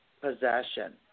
possession